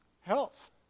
Health